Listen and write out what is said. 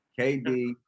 KD